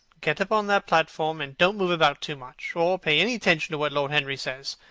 get up on the platform, and don't move about too much, or pay any attention to what lord henry says.